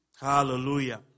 Hallelujah